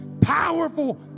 powerful